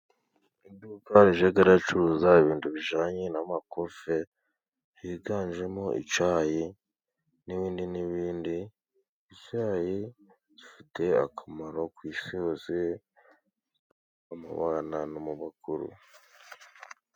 lduka rijya ricuruza ibintu bijyanye n'amakofe, higanjemo icyayi n'ibindi n'ibindi. Icyayi gifite akamaro ku isi hose no mu bana no mu bakuru.